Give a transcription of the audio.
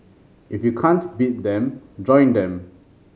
if you can't beat them join them